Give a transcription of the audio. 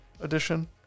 edition